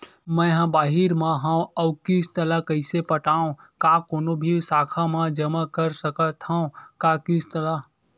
मैं हा बाहिर मा हाव आऊ किस्त ला कइसे पटावव, का कोनो भी शाखा मा जमा कर सकथव का किस्त ला?